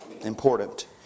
important